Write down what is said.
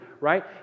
right